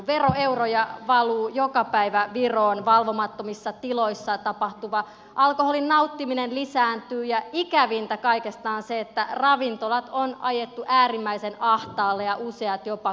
veroeuroja valuu joka päivä viroon valvomattomissa tiloissa tapahtuva alkoholin nauttiminen lisääntyy ja ikävintä kaikesta on se että ravintolat on ajettu äärimmäisen ahtaalle ja useat jopa konkurssiin